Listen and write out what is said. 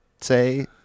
say